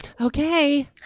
Okay